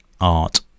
art